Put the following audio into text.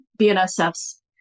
BNSF's